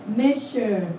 measure